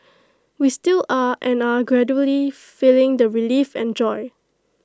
we still are and are gradually feeling the relief and joy